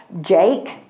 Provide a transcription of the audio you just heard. Jake